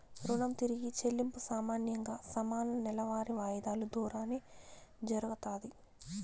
రుణం తిరిగి చెల్లింపు సామాన్యంగా సమాన నెలవారీ వాయిదాలు దోరానే జరగతాది